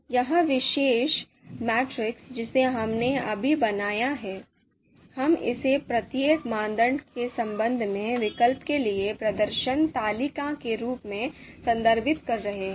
यह विशेष मैट्रिक्स जिसे हमने अभी बनाया है हम इसे प्रत्येक मानदंड के संबंध में विकल्प के लिए प्रदर्शन तालिका के रूप में संदर्भित कर रहे हैं